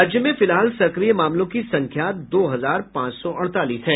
राज्य में फिलहाल सक्रिय मामलों की संख्या दो हजार पांच सौ अड़तालीस है